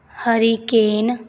hurricane